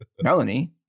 Melanie